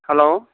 hello